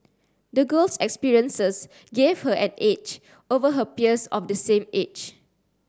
the girl's experiences gave her an edge over her peers of the same age